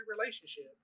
relationship